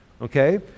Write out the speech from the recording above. Okay